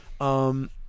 Um-